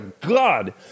God